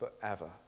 forever